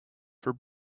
for